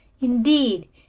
Indeed